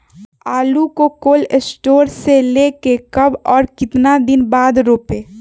आलु को cold store से ले के कब और कितना दिन बाद रोपे?